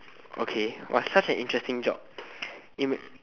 okay !wah! such an interesting job ima~